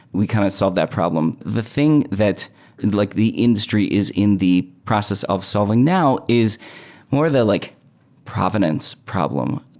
we kind of solved that problem. the thing that and like the industry is in the process of solving now is more the like provenance problem.